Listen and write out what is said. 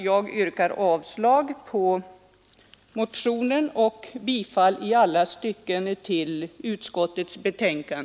Jag yrkar alltså avslag på motionen och bifall i alla stycken till utskottets hemställan.